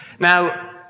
Now